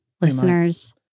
listeners